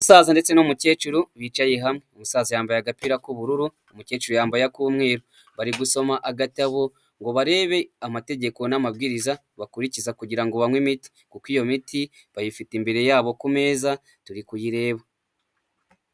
Umusaza ndetse n'umukecuru bicaye hamwe, umusaza yambaye agapira k'ubururu umukecuru yambaye ak'umweruru bari gusoma agatabo ngo barebe amategeko n'amabwiriza bakurikiza kugirango banywe imiti kuko iyo miti bayifite imbere yabo ku meza turi kuyireba.